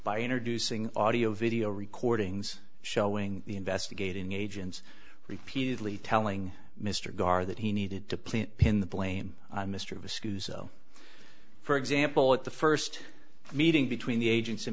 by introducing audio video recordings showing the investigating agents repeatedly telling mr gar that he needed to plant pin the blame on mr of a screw so for example at the first meeting between the agents and